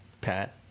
Pat